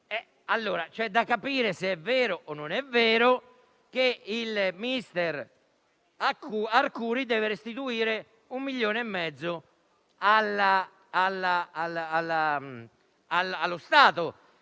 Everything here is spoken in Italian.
C'è da capire se è vero o non è vero che mister Arcuri deve restituire un milione e mezzo allo Stato,